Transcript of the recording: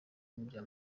bya